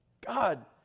God